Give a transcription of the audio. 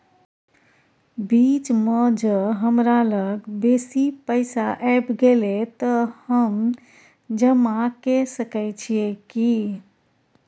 बीच म ज हमरा लग बेसी पैसा ऐब गेले त हम जमा के सके छिए की?